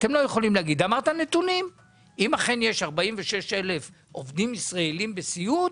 אם אכן יש 46,000 עובדים ישראלים בסיעוד,